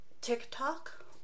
TikTok